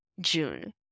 June